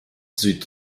süd